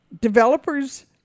developers